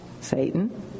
Satan